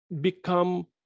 become